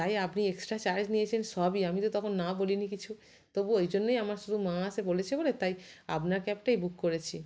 তাই আপনি extra charge নিয়েছেন সবই আমি তো তখন না বলি নি কিছু তবুও ওই জন্যেই আমার শুধু মা আসে বলেছে বলে তাই আপনার ক্যাবটাই বুক করেছি